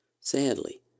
Sadly